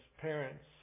parents